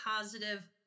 positive